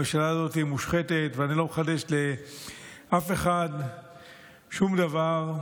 הממשלה הזאת מושחתת ואני לא מחדש לאף אחד שום דבר,